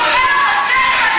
(חבר הכנסת מיקי לוי יוצא מאולם המליאה.)